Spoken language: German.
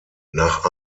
nach